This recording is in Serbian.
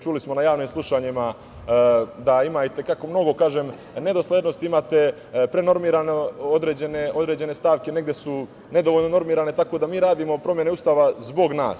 Čuli smo na javnim slušanjima da ima i te kako mnogo nedoslednosti, imate prenormirane određene stavke, negde su nedovoljno normirane, tako da mi radimo promene Ustava zbog nas.